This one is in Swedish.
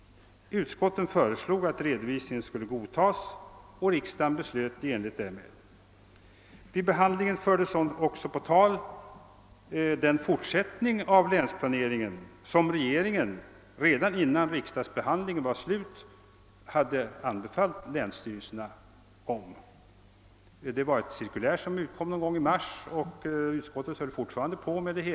Utskotten föreslog att redovisningen skulle godtas, och riksdagen beslöt i enlighet därmed. Vid behandlingen fördes också på tal den fortsättning av länsplaneringen som regeringen redan innan riksdagsbehandlingen var slut hade anbefallt länsstyrelserna via ett cirkulär, som utkom någon gång i mars. Utskottet höll då fortfarande på med frågan.